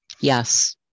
yes